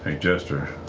ah jester.